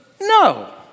No